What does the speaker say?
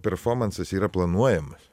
performansas yra planuojamas